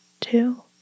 two